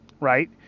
right